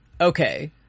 Okay